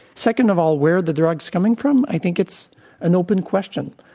second of all, where are the drugs coming from? i think it's an open question.